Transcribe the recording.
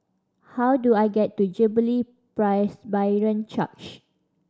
how do I get to Jubilee Presbyterian Church